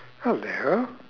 hello